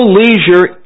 leisure